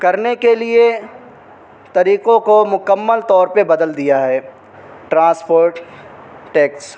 کرنے کے لیے طریقوں کو مکمل طور پہ بدل دیا ہے ٹرانسپوٹ ٹیکس